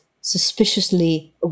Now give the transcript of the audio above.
suspiciously